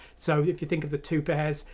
so if you think of the two pairs,